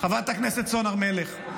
חברת הכנסת סון הר מלך,